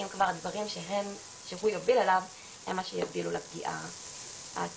אם כבר הדברים שהוא יוביל אליו הם מה שיובילו לפגיעה העצומה.